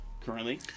currently